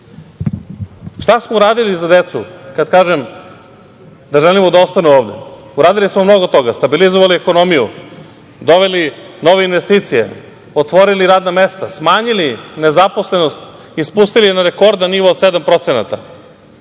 smo uraditi za decu kada kažem da želimo da ostanu ovde? Uradili smo mnogo toga, stabilizovali ekonomiju, doveli nove investicije, otvorili radna mesta, smanjili nezaposlenost i spustili je na rekordan nivo od 7%.